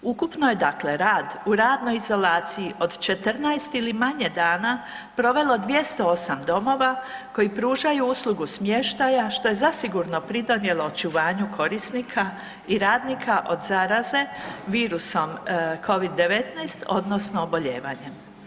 Ukupno je dakle radnoj izolaciji od 14 ili manje dana provelo 208 domova koji pružaju uslugu smještaja što je zasigurno pridonijelo očuvanju korisnika i radnika od zaraze virusom covid-10 odnosno obolijevanjem.